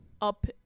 up